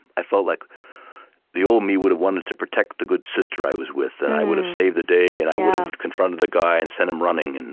i felt like the old me would've wanted to protect the good sister i was with, and i would've saved the day, and i would've confronted the guy and sent him running. and